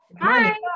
hi